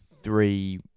three